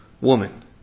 Woman